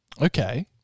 Okay